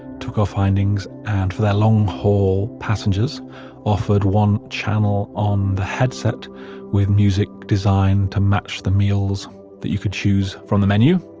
took our findings and for their long-haul passengers offered one channel on the headset with music designed to match the meals that you could choose from the menu.